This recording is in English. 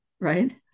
Right